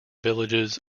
villages